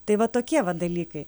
tai va tokie va dalykai